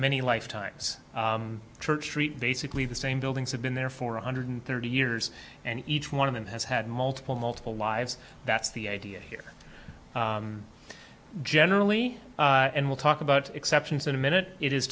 many lifetimes church street basically the same buildings have been there for one hundred thirty years and each one of them has had multiple multiple lives that's the idea here generally and we'll talk about exceptions in a minute it is